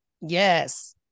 Yes